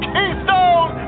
Keystone